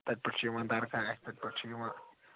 تَتہِ پٮ۪ٹھ چھِ یِوان درگاہ اَتھِ تَتہِ پٮ۪ٹھ چھِ یوان